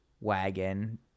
wagon